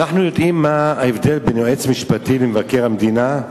אנחנו יודעים מה ההבדל בין יועץ משפטי למבקר המדינה?